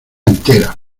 entera